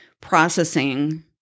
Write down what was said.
processing